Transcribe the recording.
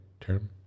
term